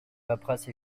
paperasses